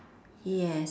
yes